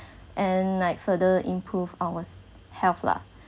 and like further improve ours health lah